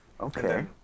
Okay